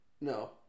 No